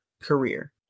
career